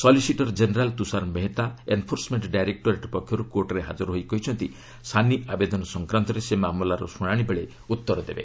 solicitor general Tushar Mehta enforcement directorate ପକ୍ଷରୁ କୋର୍ଟ୍ରେ ହାଜର ହୋଇ କହିଛନ୍ତି ସାନି ଆବେଦନ ସଂକ୍ରାନ୍ତରେ ସେ ମାମଲାର ଶୁଣାଣି ବେଳେ ଉତ୍ତର ଦେବେ